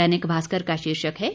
दैनिक भास्कर का शीर्षक है